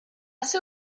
ser